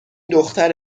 دختر